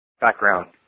Background